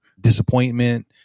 disappointment